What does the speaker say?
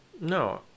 No